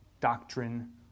doctrine